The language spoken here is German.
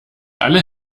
alle